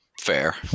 fair